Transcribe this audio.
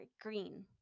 green